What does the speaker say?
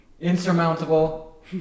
insurmountable